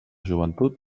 joventut